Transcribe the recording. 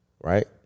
right